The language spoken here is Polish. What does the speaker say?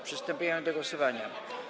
Przystępujemy do głosowania.